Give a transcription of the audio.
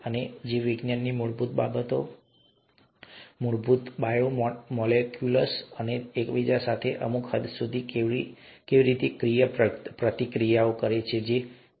અને જીવવિજ્ઞાનની મૂળભૂત બાબતો મૂળભૂત બાયોમોલેક્યુલ્સ તેઓ એકબીજા સાથે અમુક હદ સુધી કેવી રીતે ક્રિયાપ્રતિક્રિયા કરે છે તે હોઈ શકે છે